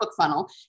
BookFunnel